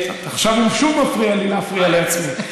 עכשיו הוא שוב מפריע לי להפריע לעצמי.